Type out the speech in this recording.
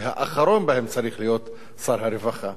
והאחרון בהם צריך להיות שר הרווחה.